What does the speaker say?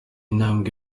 ntambwe